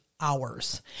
hours